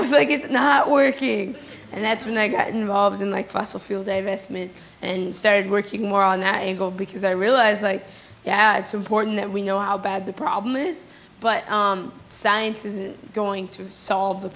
was like it's not working and that's when i got involved in like fossil fuel divestment and started working more on that angle because i realized like it's important that we know how bad the problem is but science isn't going to solve the